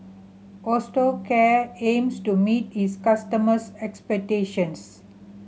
Osteocare aims to meet its customers' expectations